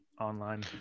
online